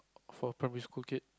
for primary school kid